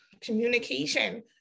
communication